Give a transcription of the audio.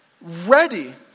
ready